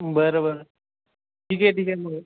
बरं बरं ठीक आहे ठीक आहे मग